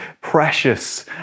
precious